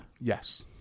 Yes